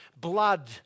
blood